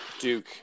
Duke